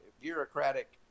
bureaucratic